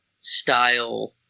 style